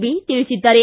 B ತಿಳಿಸಿದ್ದಾರೆ